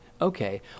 Okay